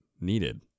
needed